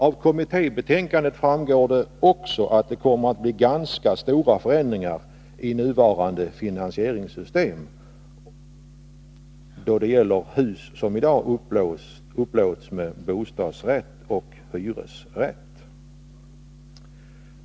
Av kommittébetänkandet framgår också att det kommer att bli ganska stora förändringar i nuvarande system då det gäller hus som i dag upplåts med bostadsrätt och hyresrätt.